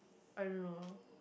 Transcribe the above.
I don't know